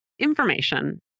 information